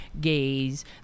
gays